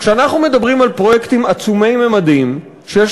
כשאנחנו מדברים על פרויקטים עצומי ממדים שיש